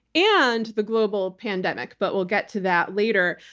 and the global pandemic, but we'll get to that later.